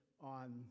on